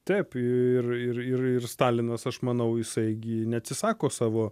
taip ir ir ir ir stalinas aš manau jisai gi neatsisako savo